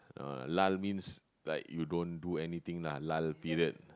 uh lull means like you don't do anything lah lull period